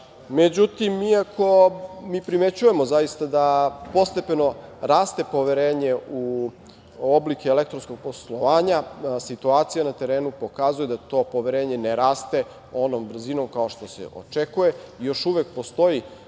iako mi primećujemo zaista da postepeno raste poverenje u oblik elektronskog poslovanja situacija na terenu pokazuje da to poverenje ne raste onom brzinom kao što se očekuje i još uvek postoji